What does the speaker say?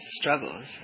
struggles